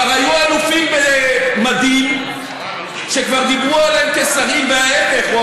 כבר היו אלופים במדים שכבר דיברו עליהם כשרים וההפך,